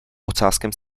ocáskem